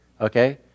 Okay